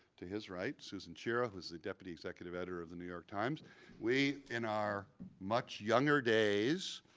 to his right, susan chira, who is the deputy executive editor of the new york times we, in our much younger days,